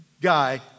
guy